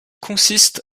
consiste